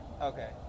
okay